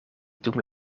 dum